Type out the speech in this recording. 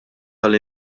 tal